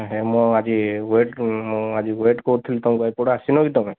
ଏ ହେ ମୁଁ ଆଜି ୱେଟ ମୁଁ ଆଜି ୱେଟ କରିଥିଲି ତମେ କଣ ଏପଟେ ଆସିନ କି ତମେ